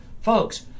Folks